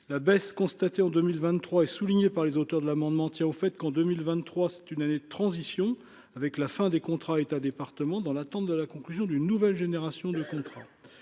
la baisse constatée en 2023 est soulignée par les auteurs de l'amendement, tient au fait qu'en 2023, c'est une année de transition avec la fin des contrats État département dans l'attente de la conclusion d'une nouvelle génération de contrat,